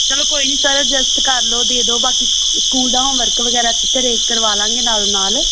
ਚਲੋ ਕੋਈ ਨਹੀਂ ਸਰ ਅਜੈਸਟ ਕਰ ਲਉ ਦੇ ਦੋ ਬਾਕੀ ਸਕੂਲ ਦਾ ਹੋਮਵਰਕ ਵਗੈਰਾ 'ਚ ਘਰ ਕਰਵਾ ਲਾਂਗੇ ਨਾਲੋ ਨਾਲ